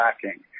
tracking